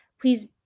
please